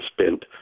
spent